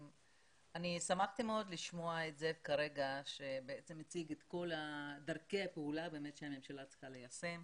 שמחתי מאוד לשמוע כרגע כאשר הוצגו דרכי הפעולה שהממשלה צריכה ליישם.